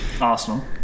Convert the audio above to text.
Arsenal